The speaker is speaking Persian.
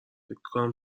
میکنم